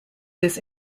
this